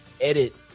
edit